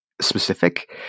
specific